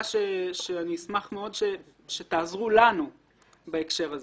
שאני אשמח מאוד שתעזרו לנו בהקשר הזה.